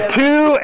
two